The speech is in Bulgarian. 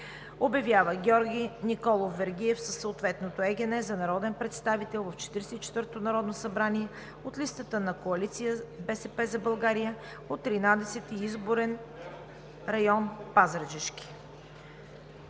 Обявява Георги Николов Вергиев със съответното ЕГН за народен представител в 44-то Народно събрания от листата на коалиция БСП за България от Тринадесети изборен район – Пазаджишки.“